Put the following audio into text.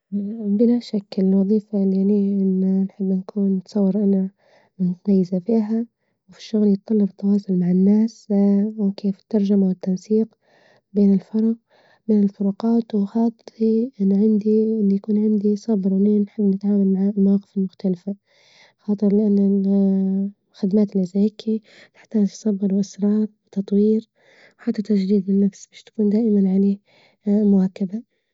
بلا شك الوظيفة اللي إني نحب نكون نتصور أنا متميزة فيها وفي شغل يتطلب تواصل مع الناس ممكن كيف الترجمة والتنسيق بين الفرق بين الفروقات وخاطري إن عندي إن يكون عندي صبر أني نحب نتعامل مع المواقف المختلفة، خاطر لأن الخدمات اللي زي كي تحتاج صبر وإصرار وتطوير وحتى تجديد النفس عشان تكون دائما يعني مواكبة.